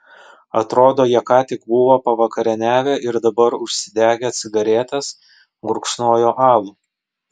atrodo jie ką tik buvo pavakarieniavę ir dabar užsidegę cigaretes gurkšnojo alų